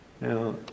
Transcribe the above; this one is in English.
now